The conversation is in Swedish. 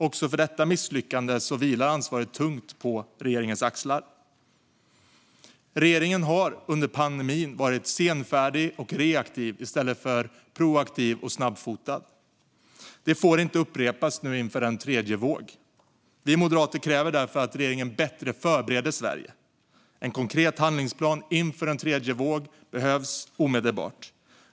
Också för detta misslyckade vilar ansvaret tungt på regeringens axlar. Regeringen har under pandemin varit senfärdig och reaktiv i stället för snabbfotad och proaktiv. Detta får inte upprepas nu, inför en tredje våg. Vi moderater kräver därför att regeringen bättre förbereder Sverige. En konkret handlingsplan inför en tredje våg behövs omedelbart.